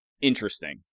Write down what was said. interesting